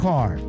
Car